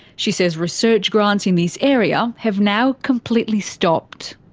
she says research grants in this area have now completely stopped.